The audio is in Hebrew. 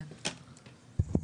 כן גברתי,